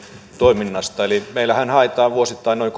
toiminnasta eli meillähän haetaan muutosta vuosittain noin